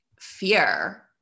fear